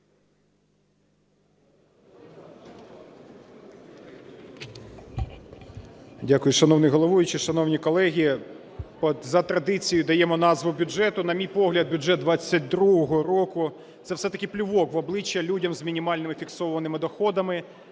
Дякую. Шановний головуючий, шановні колеги, за традицією даємо назву бюджету. На мій погляд, бюджет 22-го року – це все-таки плювок в обличчя людям з мінімальними фіксованими доходами,